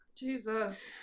Jesus